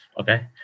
okay